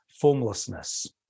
formlessness